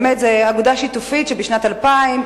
זו אגודה שיתופית שבשנת 2000,